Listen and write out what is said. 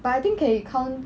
but I think 可以 count